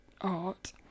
art